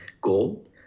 goal